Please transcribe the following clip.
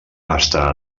està